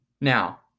Now